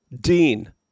dean